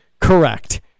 Correct